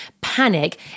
panic